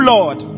Lord